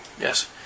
yes